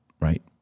Right